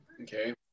Okay